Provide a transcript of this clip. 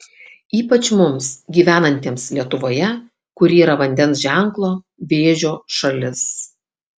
ypač mums gyvenantiems lietuvoje kuri yra vandens ženklo vėžio šalis